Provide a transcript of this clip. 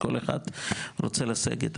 וכל אחד ירצה לסגת.